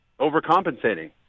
overcompensating